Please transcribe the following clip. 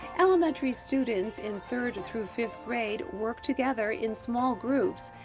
elementary students in third through fifth grade work together in small groups,